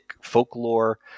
folklore